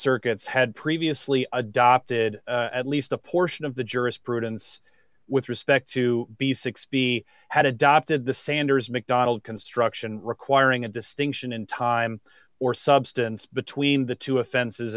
circuits had previously adopted at least a portion of the jurisprudence with respect to be sixty had adopted the sanders mcdonald construction requiring a distinction in time or substance between the two offenses